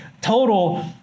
total